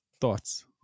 thoughts